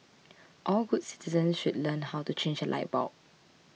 all good citizens should learn how to change a light bulb